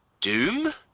Doom